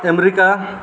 America